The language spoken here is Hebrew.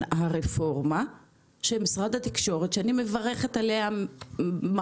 הרפורמה של משרד התקשורת שאני מברכת עליה מאוד